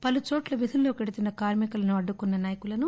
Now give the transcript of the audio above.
పలుచోట్ల విధుల్లోకి పెళ్తున్న కార్మికులను అడ్డుకున్న నాయకులను